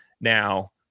Now